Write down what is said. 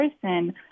person